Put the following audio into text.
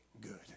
good